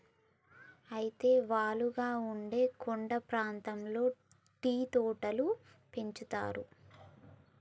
అయితే వాలుగా ఉండే కొండ ప్రాంతాల్లో టీ తోటలు పెంచుతారు